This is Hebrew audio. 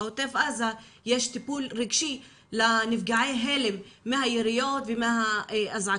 בעוטף עזה יש טיפול רגשי לנפגעי הלם מהיריות ומהאזעקות,